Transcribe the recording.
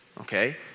okay